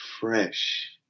fresh